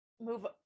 move